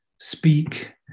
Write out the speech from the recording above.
speak